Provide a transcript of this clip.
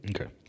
Okay